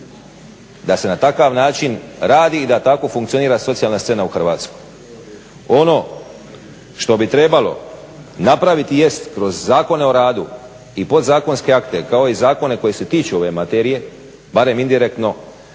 da se na takav način radi i da tako funkcionira socijalna scena u Hrvatskoj. Ono što bi trebalo napraviti jest kroz Zakon o radu i podzakonske akte kao i zakone koji se tiču ove materije, barem indirektno